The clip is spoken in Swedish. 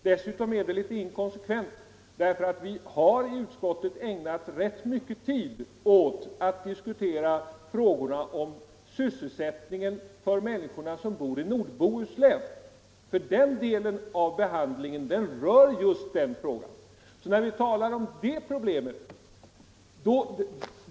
Dessutom är det litet inkonsekvent, eftersom vi i utskottet har ägnat rätt mycken tid åt att diskutera frågorna om sysselsättningen för de människor som bor i norra Bohuslän.